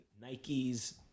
Nike's